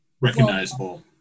recognizable